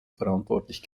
verantwortlich